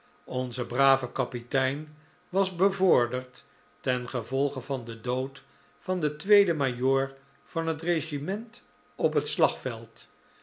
onze brave kapitein was bevorderd tengevolge van den dood van den tweeden majoor van het regiment op het slagveld